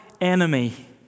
enemy